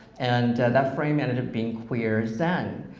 and that frame ended up being queer is zen.